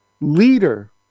leader